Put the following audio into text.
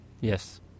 Yes